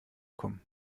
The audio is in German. kommen